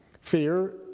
fear